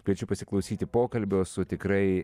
kviečiu pasiklausyti pokalbio su tikrai